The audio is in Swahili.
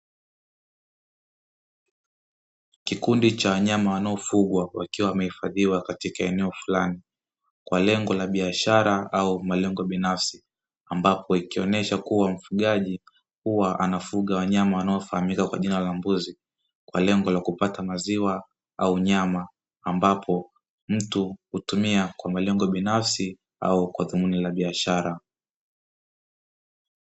Kikundi cha wanyama wanaofugwa wakiwa wamehifadhiwa katika eneo fulani, kwa lengo la biashara na kwa lengo binafsi, ambapo likionesha kuwa mfugaji huwa anafuga wanyama wanaofahamika kwa jina la mbuzi, kwa lengo la kupata maziwa au nyama, ambapo mtu hutumia kwa malengo binafsi au kwa dhumuni la biashara.